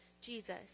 Jesus